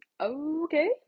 okay